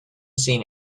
seen